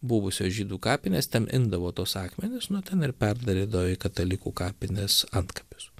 buvusios žydų kapinės ten imdavo tuos akmenis nu ten ir perdarydavo į katalikų kapines antkapius